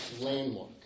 Landmark